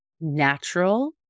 natural